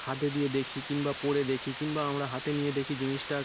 হাতে দিয়ে দেখি কিংবা পরে দেখি কিনবা আমরা হাতে নিয়ে দেখি জিনিসটা